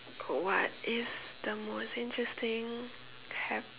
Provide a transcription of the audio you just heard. what is the most interesting hap~